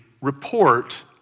report